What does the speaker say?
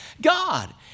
God